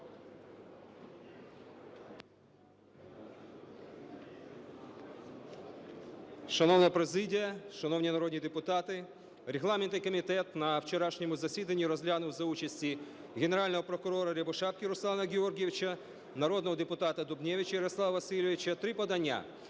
Шановна президія, шановні народні депутати, регламентний комітет на вчорашньому засіданні розглянув за участі Генерального прокурора Рябошапки Руслана Георгійовича, народного депутата Дубневича Ярослава Васильовича три подання